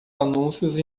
anúncios